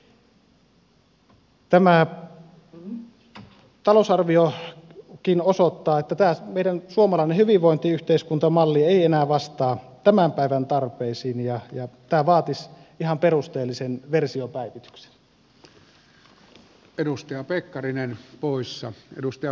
tämä talousarviokin osoittaa että tämä meidän suomalainen hyvinvointiyhteiskuntamallimme ei enää vastaa tämän päivän tarpeisiin ja tämä vaatisi ihan perusteellisen versiopäivityksen